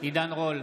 עידן רול,